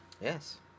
Yes